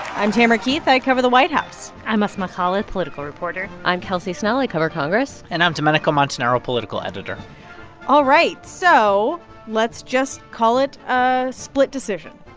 i'm tamara keith. i cover the white house i'm asma khalid, political reporter i'm kelsey snell. i cover congress and i'm domenico montanaro, political editor all right. so let's just call it a ah split decision